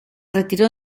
retiró